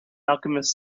alchemist